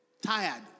tired